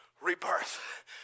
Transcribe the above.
rebirth